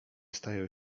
stają